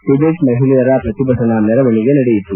Tibet ಮಹಿಳೆಯರ ಪ್ರತಿಭಟನಾ ಮೆರವಣಿಗೆ ನಡೆಯಿತು